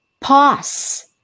Pause